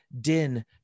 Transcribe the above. Din